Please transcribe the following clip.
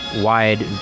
wide